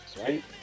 right